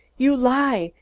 you lie!